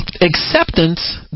acceptance